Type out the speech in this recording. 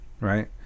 right